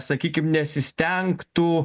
sakykim nesistengtų